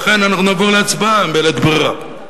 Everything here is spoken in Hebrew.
לכן נעבור להצבעה, בלית ברירה.